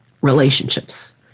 relationships